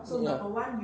ya